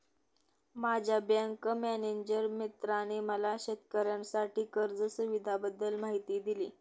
माझ्या bank manager मित्राने मला शेतकऱ्यांसाठी कर्ज सुविधांबद्दल माहिती दिली